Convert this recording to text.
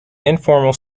informal